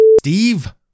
Steve